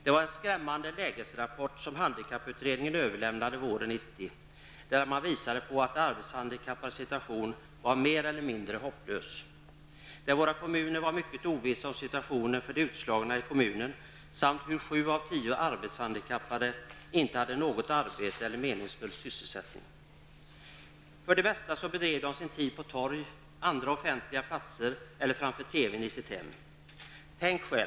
Det var en skrämmande lägesrapport som handikapputredningen överlämnade under våren 1990, där man visade på att de arbetshandikappades situation var mer eller mindre hopplös. Kommunerna var mycket omedvetna om situationen för de utslagna. Sju av tio arbetshandikappade hade inte något arbete eller någon meningsfull sysselsättning. För det mesta fördrev de arbetshandikappade sin tid på torg, andra offentliga platser eller framför TVn i hemmet.